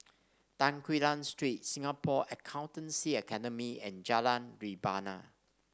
Tan Quee Lan Street Singapore Accountancy Academy and Jalan Rebana